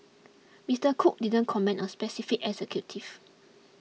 Mister Cook didn't comment on specific executives